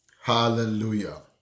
Hallelujah